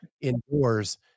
indoors